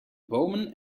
bomen